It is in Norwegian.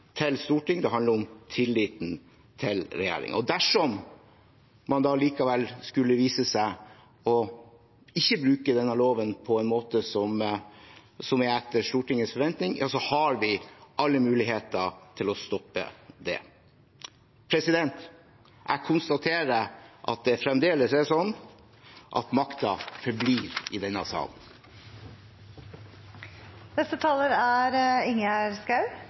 til Stortinget, og det handler om tilliten til regjeringen. Dersom det likevel skulle vise seg at man ikke bruker denne loven på en måte som er etter Stortingets forventning, har vi alle muligheter til å stoppe det. Jeg konstaterer at det fremdeles er sånn at makten forblir i denne